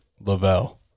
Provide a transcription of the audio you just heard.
Lavelle